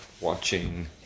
watching